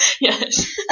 Yes